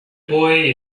boy